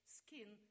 skin